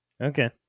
Okay